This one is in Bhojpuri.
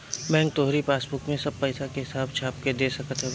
बैंक तोहरी पासबुक में सब पईसा के हिसाब छाप के दे सकत हवे